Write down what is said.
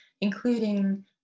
including